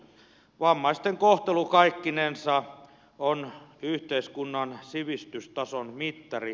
vammaisten kohtelu kaikkinensa on yhteiskunnan sivistystason mittari